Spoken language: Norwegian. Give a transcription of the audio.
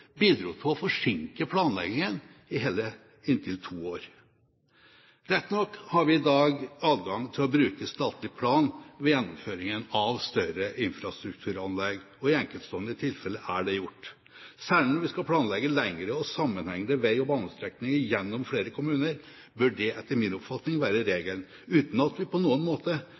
bidro til å forsinke planleggingen med inntil to år. Rett nok har vi i dag adgang til å bruke statlig plan ved gjennomføringen av større infrastrukturanlegg, og i enkeltstående tilfeller er det gjort. Særlig når vi skal planlegge lengre og sammenhengende vei- og banestrekninger gjennom flere kommuner, bør det etter min oppfatning være regelen, uten at vi på noen måte